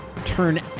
turn